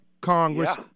Congress